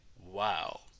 wow